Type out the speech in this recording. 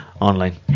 online